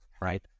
right